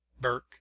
burke